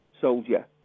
soldier